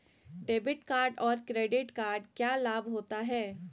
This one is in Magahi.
डेबिट कार्ड और क्रेडिट कार्ड क्या लाभ होता है?